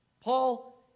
Paul